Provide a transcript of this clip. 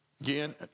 Again